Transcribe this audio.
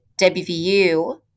WVU